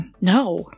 No